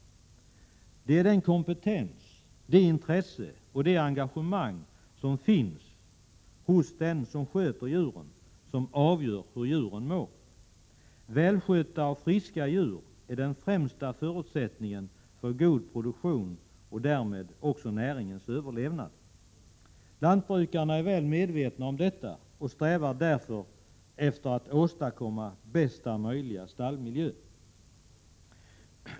Det är den kompetens, det intresse och det engagemang som finns hos den som sköter djuren som avgör hur djuren mår. Välskötta och friska djur är den främsta förutsättningen för god produktion och därmed näringens överlevnad. Lantbrukarna är väl medvetna om detta och strävar därför efter att åstadkomma bästa möjliga stallmiljö.